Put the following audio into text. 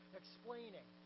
explaining